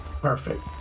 Perfect